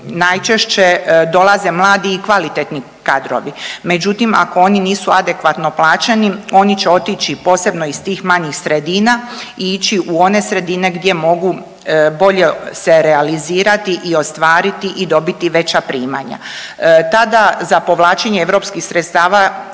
najčešće dolaze mladi i kvalitetni kadrovi. Međutim ako oni nisu adekvatno plaćani oni će otići posebno iz tih manjih sredina i ići u one sredine gdje mogu bolje se realizirati i ostvariti i dobiti veća primanja. Tada za povlačenje europskih sredstava